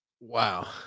Wow